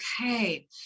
okay